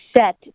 set